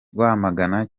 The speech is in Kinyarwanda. rwamagana